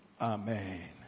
Amen